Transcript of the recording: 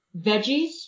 Veggies